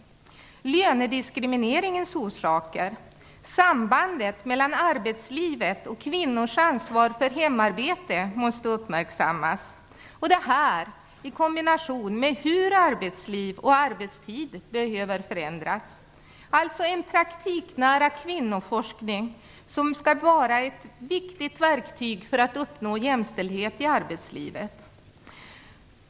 Lönediskrimineringens orsaker och sambandet mellan arbetslivet och kvinnors ansvar för hemarbete måste uppmärksammas. Detta måste göras i kombination med att man undersöker hur arbetsliv och arbetstider behöver ändras. Det handlar alltså om en praktiknära kvinnoforskning som skall vara ett viktigt verktyg för att uppnå jämställdhet i arbetslivet.